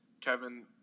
Kevin